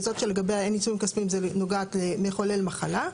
זאת שלגביה אין עיצומים כספיים זה נוגעת למחולל מחלה.